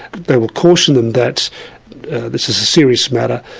they will caution them that this is a serious matter,